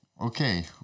okay